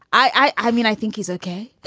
i i mean, i think he's ok,